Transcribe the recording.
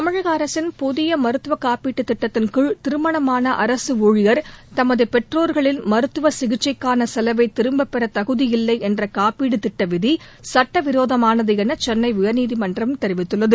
தமிழக அரசின் புதிய மருத்துவக் காப்பீடு திட்டத்தின் கீழ் திருமணமான அரசு ஊழியர் தமது பெற்றோர்களின் மருத்துவ சிகிச்சைக்கான செலவை திரும்பப் பெற தகுதியில்லை என்ற காப்பீடு திட்ட விதி சட்டவிரோதமானது என சென்னை உயர்நீதிமன்றம் தெரிவித்துள்ளது